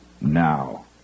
now